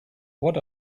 what